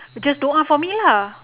just don't want for me lah